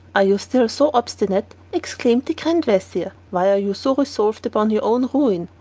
are you still so obstinate? exclaimed the grand-vizir. why are you so resolved upon your own ruin?